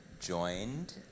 joined